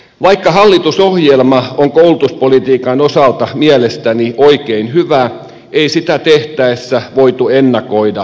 vaikka hallitusohjelma on koulutuspolitiikan osalta mielestäni oikein hyvä ei sitä tehtäessä voitu ennakoida kaikkea